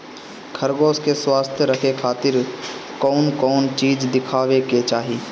खरगोश के स्वस्थ रखे खातिर कउन कउन चिज खिआवे के चाही?